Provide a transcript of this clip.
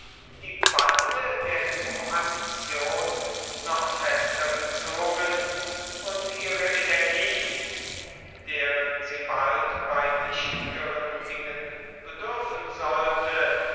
die bande der koalition noch fester gezogen und ihre energie deren sie bald bei wichtigeren dingen bedürfen sollte